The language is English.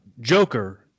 Joker